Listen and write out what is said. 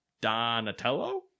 Donatello